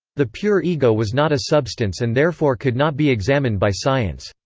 the pure ego was not a substance and therefore could not be examined by science.